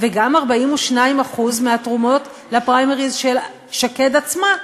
וגם 42% מהתרומות לפריימריז של שקד עצמה,